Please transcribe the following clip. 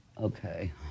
Okay